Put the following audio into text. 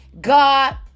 God